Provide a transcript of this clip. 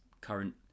current